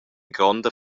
gronda